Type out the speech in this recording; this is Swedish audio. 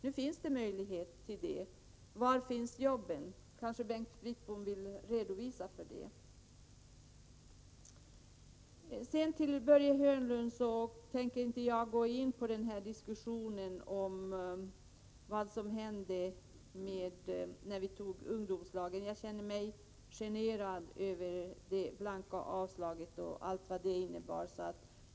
Nu finns det möjlighet till provanställningar, men var finns jobben? Kanske Bengt Wittbom kan svara på den frågan. Till Börje Hörnlund vill jag säga att jag inte tänker gå in i någon diskussion om vad som hände, när vi fattade beslut om ungdomslagen. Jag känner mig genererad över det blanka avslaget och allt vad det innebar.